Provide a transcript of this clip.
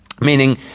Meaning